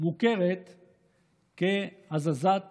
מוכרת כהזזת